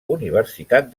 universitat